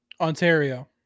Ontario